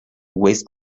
waste